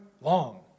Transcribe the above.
long